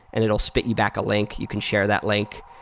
and it'll spit you back a link. you can share that link.